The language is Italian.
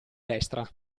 destra